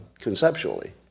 conceptually